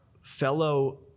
fellow